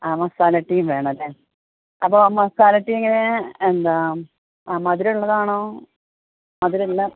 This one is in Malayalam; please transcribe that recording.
ആ മസാല ടീയും വേണമല്ലേ അപ്പോൾ മസാല ടീ എങ്ങനെ എന്താണ് ആ മധുരം ഉള്ളതാണോ മധുരം ഇല്ല